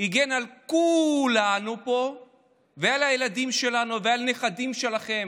הגן על כולנו פה ועל הילדים שלנו ועל הנכדים שלכם,